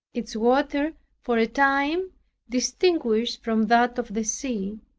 its water for a time distinguished from that of the sea,